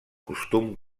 costum